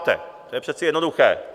To je přece jednoduché.